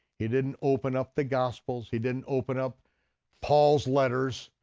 he didn't open up the gospels, he didn't open up paul's letters,